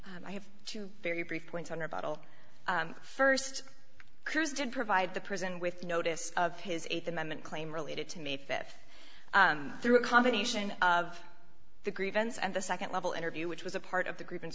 well i have two very brief points on her battle first cruise did provide the prison with notice of his eighth amendment claim related to may fifth and through a combination of the grievance and the second level interview which was a part of the grievance